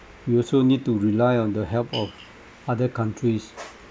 we also need to rely on the help of other countries